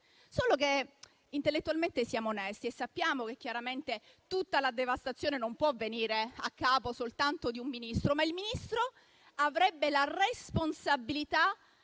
Solo che intellettualmente siamo onesti e sappiamo che tutta la devastazione non può essere in capo soltanto a un Ministro, che però avrebbe la responsabilità